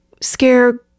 scare